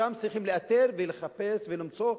שם צריכים לאתר ולחפש ולמצוא,